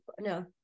No